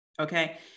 okay